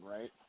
right